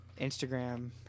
Instagram